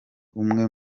umwe